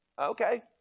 Okay